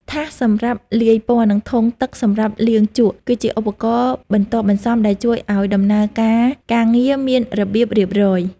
ថាសសម្រាប់លាយពណ៌ និងធុងទឹកសម្រាប់លាងជក់ គឺជាឧបករណ៍បន្ទាប់បន្សំដែលជួយឱ្យដំណើរការការងារមានរបៀបរៀបរយ។